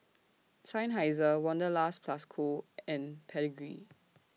Seinheiser Wanderlust Plus Co and Pedigree